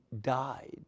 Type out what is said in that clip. died